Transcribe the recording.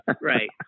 right